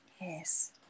Yes